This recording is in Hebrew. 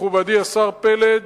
מכובדי השר פלד,